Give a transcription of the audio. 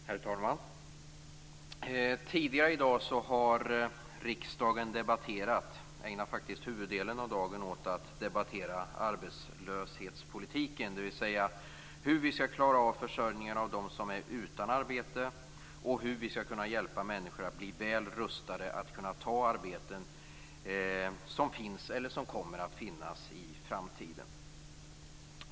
Herr talman! Tidigare i dag har riksdagen faktiskt ägnat huvuddelen av sin debatt åt arbetslöshetspolitiken, dvs. åt hur vi skall klara försörjningen för dem som är utan arbete och hur vi skall kunna hjälpa människor att bli väl rustade att kunna ta arbeten som finns eller kommer att finnas i framtiden.